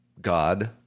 God